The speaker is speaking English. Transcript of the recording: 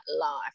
life